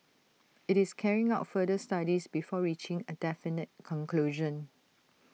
IT is carrying out further studies before reaching A definite conclusion